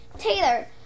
Taylor